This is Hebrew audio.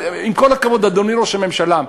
עם כל הכבוד, אדוני ראש הממשלה,